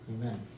Amen